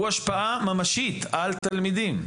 הוא השפעה ממשית על תלמידים.